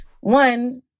One